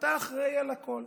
אתה אחראי לכול.